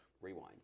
Rewind